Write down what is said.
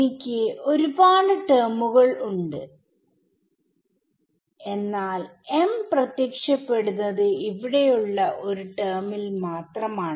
എനിക്ക് ഒരു പാട് ടെർമുകൾ ഉണ്ട് എന്നാൽ m പ്രത്യക്ഷപ്പെടുന്നത് ഇവിടെ ഉള്ള ഒരു ടെർമിൽ മാത്രമാണ്